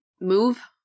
move